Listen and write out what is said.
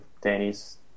Danny's